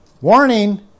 warning